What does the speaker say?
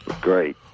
great